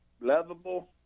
lovable